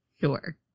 Sure